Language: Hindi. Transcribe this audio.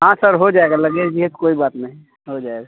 हाँ सर हो जाएगा लगेज भी है तो कोई बात नहीं हो जाएगा